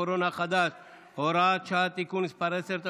הקורונה החדש (הוראת שעה) (תיקון מס' 10),